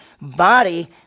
body